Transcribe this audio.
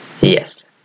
Yes